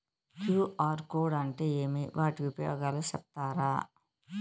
QR code అంటే ఏమి వాటి ఉపయోగాలు సెప్తారా?